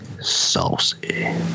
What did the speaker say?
saucy